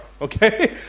Okay